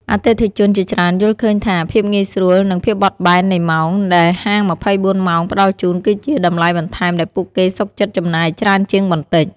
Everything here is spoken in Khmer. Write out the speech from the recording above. អតិថិជនជាច្រើនយល់ឃើញថា ភាពងាយស្រួល និង ភាពបត់បែននៃម៉ោង ដែលហាង ២៤ ម៉ោងផ្តល់ជូន គឺជា តម្លៃបន្ថែមដែលពួកគេសុខចិត្តចំណាយច្រើនជាងបន្តិច។